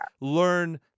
learn